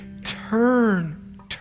Turn